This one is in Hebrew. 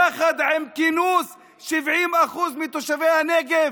יחד עם כינוס 70% מתושבי הנגב,